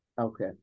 Okay